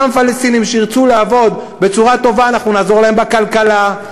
אותם פלסטינים שירצו לעבוד בצורה טובה אנחנו נעזור להם בכלכלה,